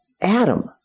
Adam